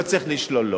לא צריך לשלול.